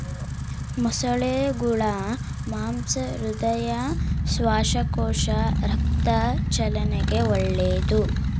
ಮೊಸಳೆಗುಳ ಮಾಂಸ ಹೃದಯ, ಶ್ವಾಸಕೋಶ, ರಕ್ತ ಚಲನೆಗೆ ಒಳ್ಳೆದು